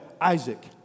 Isaac